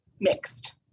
mixed